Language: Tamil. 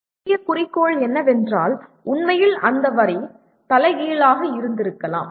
முக்கிய குறிக்கோள் என்னவென்றால் உண்மையில் அந்த வரி தலைகீழாக இருந்திருக்கலாம்